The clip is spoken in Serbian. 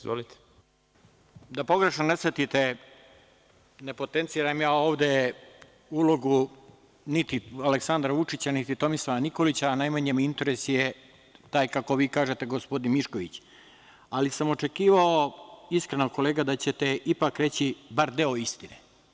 Da pogrešno ne shvatite, ne potenciram ja ovde ulogu niti Aleksandra Vučića niti Tomislava Nikolića, a najmanje me interesuje taj, kako vi kažete, gospodin Mišković, ali sam očekivao iskreno, kolega, da ćete ipak reći bar deo istine.